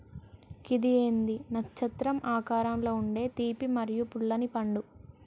గిది ఏంది నచ్చత్రం ఆకారంలో ఉండే తీపి మరియు పుల్లనిపండు